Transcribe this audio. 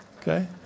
Okay